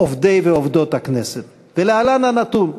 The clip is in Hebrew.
עובדי ועובדות הכנסת, ולהלן הנתון: